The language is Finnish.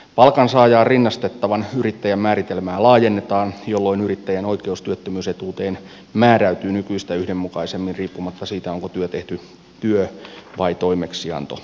palkansaajaan rinnastettavan yrittäjän määritelmää laajennetaan jolloin yrittäjän oikeus työttömyysetuuteen määräytyy nykyistä yhdenmukaisemmin riippumatta siitä onko työ tehty työ vai toimeksiantosuhteessa